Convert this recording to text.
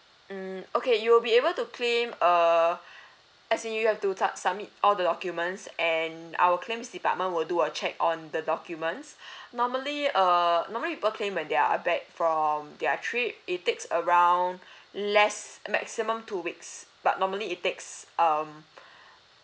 hmm okay you will be able to claim uh as in you have to sub~ submit all the documents and our claims department will do a check on the documents normally uh normally people claim when they are back from their trip it takes around less maximum two weeks but normally it takes um